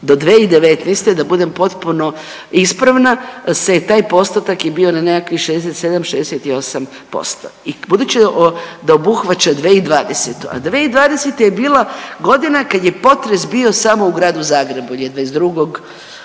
do 2019. da budem potpuno ispravna se taj postotak je bio na nekakvih 67, 68% i budući da obuhvaća 2020., a 2020. je bila godina kad je potres bio samo u gradu Zagrebu jel je 22.